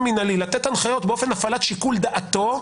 מינהלי לתת הנחיות באופן הפעלת שיקול דעתו,